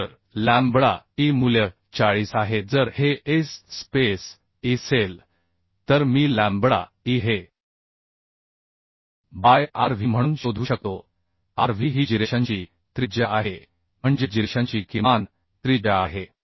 तर lambda e मूल्य 40 आहे जर हे S स्पेस Eअसेल तर मी लॅम्बडा e हे बाय Rv म्हणून शोधू शकतो Rv ही जिरेशनची त्रिज्या आहे म्हणजे जिरेशनची किमान त्रिज्या आहे